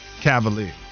Cavaliers